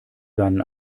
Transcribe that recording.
deinen